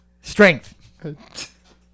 Strength